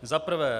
Za prvé.